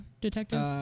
detective